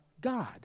God